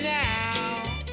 now